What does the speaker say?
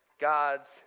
God's